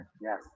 yes